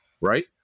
right